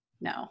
no